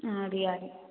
ആടി ആടി